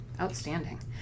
Outstanding